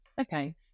okay